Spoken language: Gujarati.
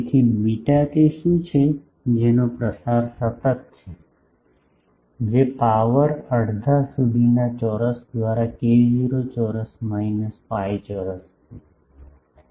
તેથી બીટા તે શું છે જેનો પ્રસાર સતત છે જે પાવર અડધા સુધીના ચોરસ દ્વારા k0 ચોરસ માઇનસ પાઇ ચોરસ છે